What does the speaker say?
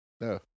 No